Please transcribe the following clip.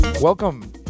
welcome